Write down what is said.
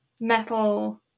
metal